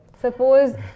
suppose